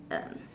um